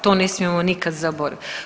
To ne smijemo nikada zaboraviti.